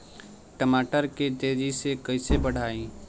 टमाटर के तेजी से कइसे बढ़ाई?